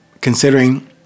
considering